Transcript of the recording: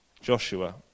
Joshua